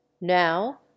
NOW